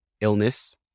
illness